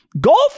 Golf